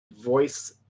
voice